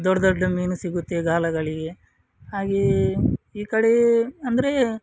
ದೊಡ್ಡ ದೊಡ್ಡ ಮೀನು ಸಿಗುತ್ತೆ ಗಾಳಗಳಿಗೆ ಹಾಗೆಯೇ ಈ ಕಡೆ ಅಂದರೆ